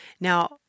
Now